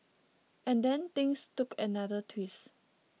and then things took another twist